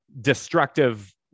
destructive